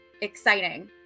Exciting